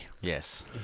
Yes